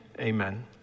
amen